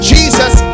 Jesus